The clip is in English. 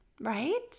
right